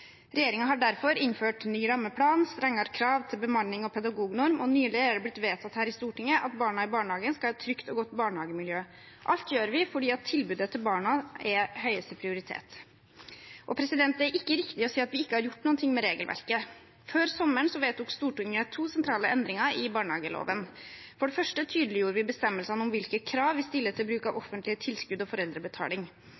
har derfor innført ny rammeplan, strengere krav til bemanning og pedagognorm, og nylig er det blitt vedtatt her i Stortinget at barna i barnehagen skal ha et trygt og godt barnehagemiljø. Alt gjør vi fordi tilbudet til barna er høyeste prioritet. Det er ikke riktig å si at vi ikke har gjort noe med regelverket. Før sommeren vedtok Stortinget to sentrale endringer i barnehageloven. For det første tydeliggjorde vi bestemmelsene om hvilke krav vi stiller til bruk av